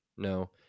No